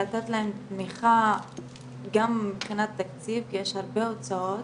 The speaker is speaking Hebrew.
לתת להם תמיכה גם מבחינת תקציב כי יש הרבה הוצאות,